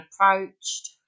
approached